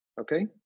okay